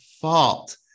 fault